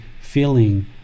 feeling